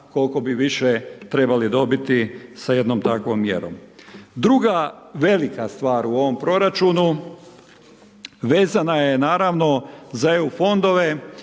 koliko bi više trebali dobiti sa jednom takvom mjerom. Druga velika stvar u ovom proračunu vezana je naravno za EU fondove